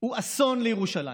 הוא אסון לירושלים,